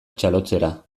txalotzera